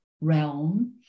realm